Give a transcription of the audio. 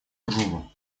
дружбу